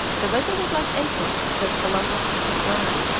the weather was like april, says columbus in his journal.